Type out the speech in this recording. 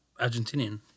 Argentinian